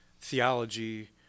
theology